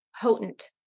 potent